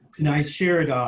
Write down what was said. can i share it ah